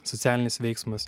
socialinis veiksmas